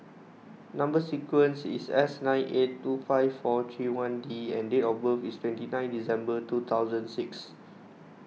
Number Sequence is S nine eight two five four three one D and date of birth is twenty nine December two thousand six